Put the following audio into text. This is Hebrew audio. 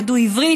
ידעו עברית,